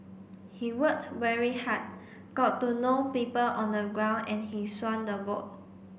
he work very hard got to know people on the ground and he swung the vote